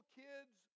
kids